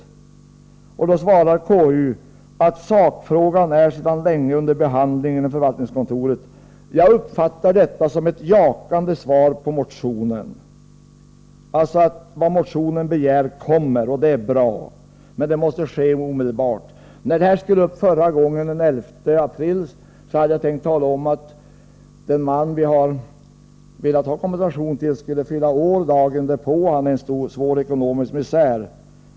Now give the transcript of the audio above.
Konstitutionsutskottet svarar att sakfrågan sedan länge är under behandling inom förvaltningskontoret. Jag uppfattar detta som ett bejakande av motionen, alltså att motionens begäran kommer att villfaras. Det är bra, men det måste ske omedelbart. Förra gången denna fråga skulle behandlas, den 11 april, hade jag tänkt tala om att den man vi ville skulle få kompensationen skulle fylla år dagen därpå och att han är i stor ekonomisk misär.